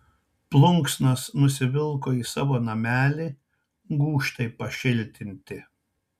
plunksnas nusivilko į savo namelį gūžtai pašiltinti